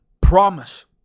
Promise